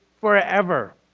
forever